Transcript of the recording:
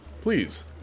please